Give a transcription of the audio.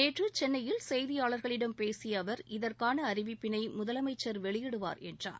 நேற்று சென்னையில் செய்தியாளர்களிடம் பேசிய அவர் இதற்கான அறிவிப்பினை முதலமைச்சர் வெளியிடுவார் என்றார்